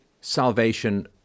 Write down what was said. salvation